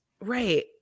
right